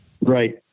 right